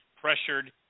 pressured